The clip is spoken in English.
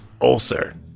Ulcer